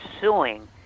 suing